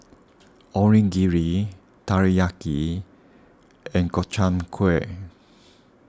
Onigiri Teriyaki and Gobchang Gui